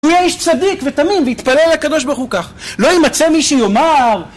איש צדיק ותמים והתפלל לקדוש ברוך הוא כך: לא יימצא מי שיאמר